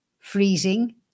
freezing